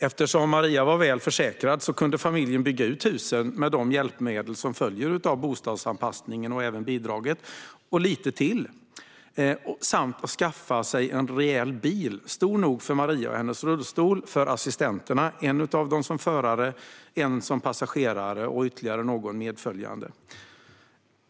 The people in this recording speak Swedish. Eftersom Maria var väl försäkrad kunde familjen bygga ut huset med de hjälpmedel som följer av bostadsanpassningen och även bidraget och lite till. Familjen kunde också skaffa sig en rejäl bil stor nog för Maria och hennes rullstol och för assistenterna, en av dem som förare, en som passagerare och ytterligare någon medföljande.